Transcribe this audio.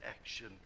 action